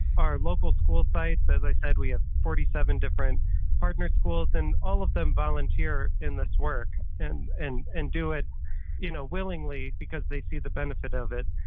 our local school site, as i said we have forty seven different partner schools and all of them volunteer in this work and and and do it you know willingly, because they see the benefit of it.